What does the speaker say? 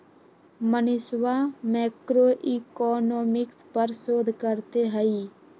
मनीषवा मैक्रोइकॉनॉमिक्स पर शोध करते हई